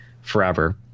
forever